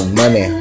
money